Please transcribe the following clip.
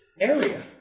area